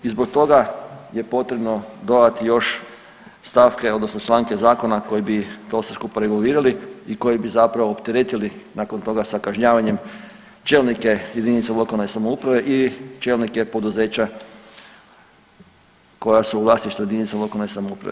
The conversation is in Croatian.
I zbog toga je potrebno dodati još stavke odnosno članke zakona koji bi to sve skupa regulirali i koji bi zapravo opteretili nakon toga sa kažnjavanjem čelnike jedinica lokalne samouprave ili čelnike poduzeća koja se u vlasništvu jedinica lokalne samouprave.